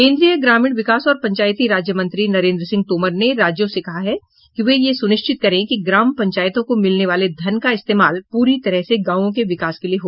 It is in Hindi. केन्द्रीय ग्रामीण विकास और पंचायती राज्य मंत्री नरेन्द्र सिंह तोमर ने राज्यों से कहा है कि वे यह सुनिश्चित करें कि ग्राम पंचायतों को मिलने वाले धन का इस्तेमाल पूरी तरह से गांवों के विकास के लिए हो